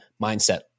mindset